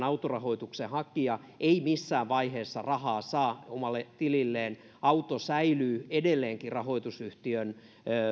autorahoituksen hakija ei missään vaiheessa rahaa saa omalle tililleen auto säilyy edelleenkin rahoitusyhtiön